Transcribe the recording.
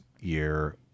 year